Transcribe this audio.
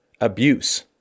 abuse